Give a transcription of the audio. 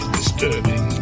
disturbing